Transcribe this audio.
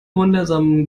wundersamen